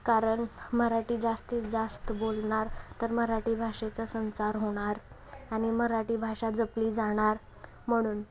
कारण मराठी जास्तीतजास्त बोलणार तर मराठी भाषेचा संचार होणार आणि मराठी भाषा जपली जाणार म्हणून